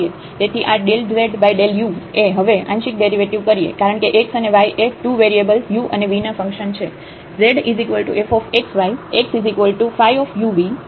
તેથી આ z∂u છે હવે આંશિક ડેરિવેટિવ કરીએ કારણ કે x અને y એ 2 વેરીએબલ u અને v ના ફંક્શન છે